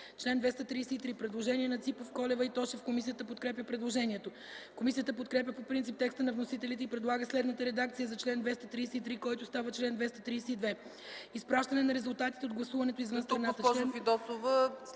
Ципов, Юлиана Колева, Ивайло Тошев. Комисията подкрепя предложението. Комисията подкрепя по принцип текста на вносителя и предлага следната редакция за чл. 233, който става чл. 232: „Изпращане на резултатите от гласуването извън страната